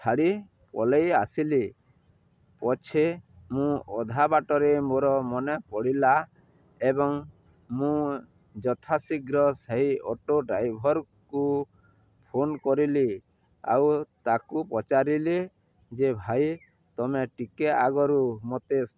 ଛାଡ଼ି ପଳେଇ ଆସିଲି ପଛେ ମୁଁ ଅଧା ବାଟରେ ମୋର ମନେ ପଡ଼ିଲା ଏବଂ ମୁଁ ଯଥାଶୀଘ୍ର ସେହି ଅଟୋ ଡ୍ରାଇଭରକୁ ଫୋନ କଲି ଆଉ ତାକୁ ପଚାରିଲି ଯେ ଭାଇ ତୁମେ ଟିକେ ଆଗରୁ ମୋତେ